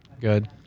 good